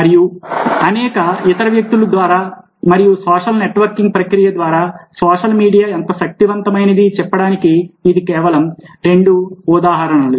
మరియు అనేక ఇతర వ్యక్తుల ద్వారా మరియు సోషల్ నెట్వర్క్ ప్రక్రియ ద్వారా సోషల్ మీడియా ఎంత శక్తివంతమైనది చెప్పడానికి ఇవి కేవలం రెండు ఉదాహరణలు